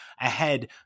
ahead